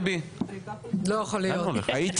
לא יכול להיות.